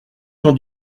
qu’en